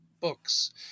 books